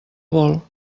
vol